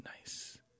Nice